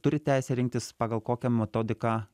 turi teisę rinktis pagal kokią metodiką